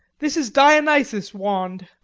this is dionysus' wand.